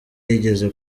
yigeze